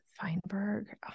Feinberg